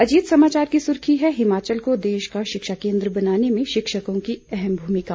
अजीत समाचार की सुर्खी है हिमाचल को देश का शिक्षा केन्द्र बनाने में शिक्षकों की अहम भूमिका